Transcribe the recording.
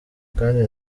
kandi